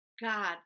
God